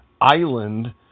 island